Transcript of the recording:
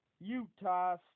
Utah